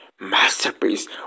masterpiece